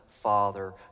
father